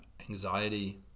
anxiety